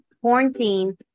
quarantine